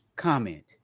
comment